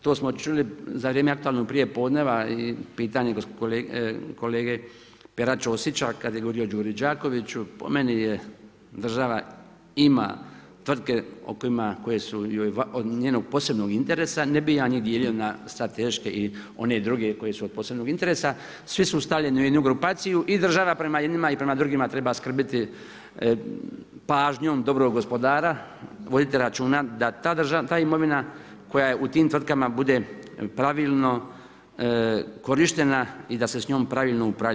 To smo čuli, za vrijeme aktualnog prijepodnevna i pitanje kolege Pere Ćosića kada je govorio o „Đuri Đakoviću“ po meni država ima tvrtke o kojima, koje su od njenog posebnog interesa, ne bih ja njih dijelio na strateške ili one druge koje su od posebnog interesa, svi su ustaljeni u jednu grupaciju i država prema jednima i prema drugima treba skrbiti pažnjom dobrog gospodara, voditi računa da ta imovina koja je u tim tvrtkama bude pravilno korištena i da se s njom pravilno upravlja.